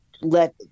let